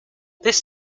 this